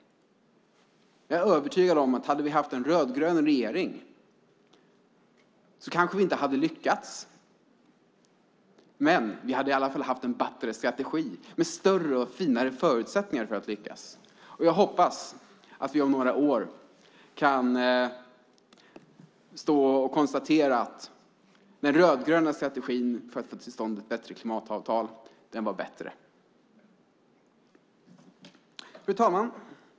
Om vi hade haft en rödgrön regering kanske vi inte hade lyckats, men jag är övertygad om att vi hade haft en bättre strategi med bättre förutsättningar att lyckas. Jag hoppas att vi om några år kan konstatera att den rödgröna strategin för att få till stånd ett bättre klimatavtal var bättre. Fru talman!